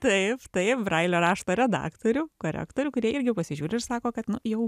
taip taip brailio rašto redaktorių korektorių kurie irgi pasižiūri ir sako kad nu jau